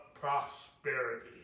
prosperity